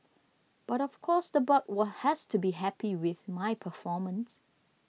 but of course the board were has to be happy with my performance